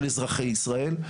של אזרחי ישראל,